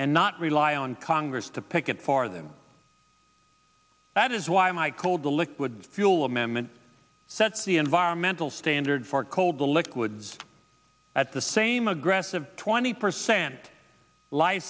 and not rely on congress to pick it for them that is why i called the liquid fuel amendment set the environmental standard for cold the liquids at the same aggressive twenty percent life